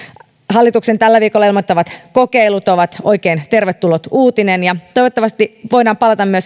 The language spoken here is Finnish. hallituksen tällä viikolla ilmoittamat kokeilut ovat oikein tervetullut uutinen ja toivottavasti voidaan myös palata